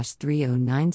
309